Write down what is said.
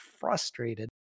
frustrated